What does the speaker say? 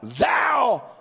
thou